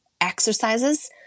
exercises